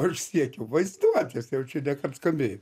aš siekiau vaizduotės jau čia ne kart skambėjo